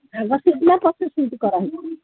ଆଗ ସିଟ୍ ନା ପଛ ସିଟ୍ କରାହେଇଛି